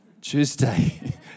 Tuesday